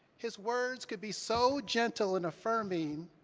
his words could be so gentle and affirming,